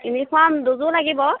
uniform দুযোৰ লাগিব